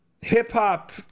Hip-hop